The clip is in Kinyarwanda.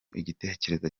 igitekerezo